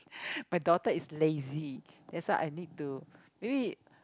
my daughter is lazy that's why I need to maybe